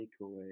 takeaway